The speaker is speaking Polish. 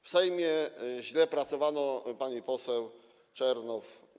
W Sejmie źle pracowano - pani poseł Czernow.